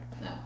No